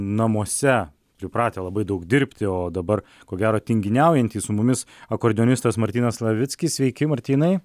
namuose pripratę labai daug dirbti o dabar ko gero tinginiaujantys su mumis akordeonistas martynas levickis sveiki martynai